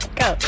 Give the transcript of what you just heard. go